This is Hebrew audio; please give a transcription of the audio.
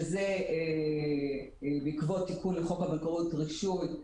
אז בעקבות תיקון לחוק הבנקאות (רישוי),